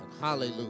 Hallelujah